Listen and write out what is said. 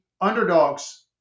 underdogs